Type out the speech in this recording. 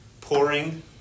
Pouring